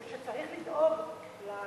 מדברת היום שצריך לדאוג לנזקקים,